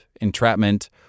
entrapment